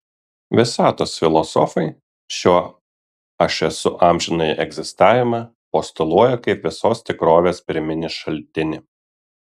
visatos filosofai šio aš esu amžinąjį egzistavimą postuluoja kaip visos tikrovės pirminį šaltinį